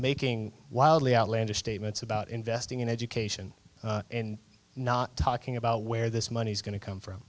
making wildly outlandish statements about investing in education and not talking about where this money's going to come from